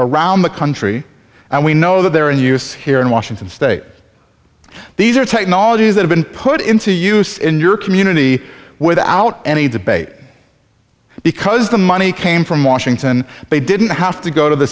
around the country and we know that they're in use here in washington state these are technologies that have been put into use in your community without any debate because the money came from washington they didn't have to go to the